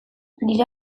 nire